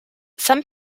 some